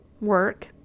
Work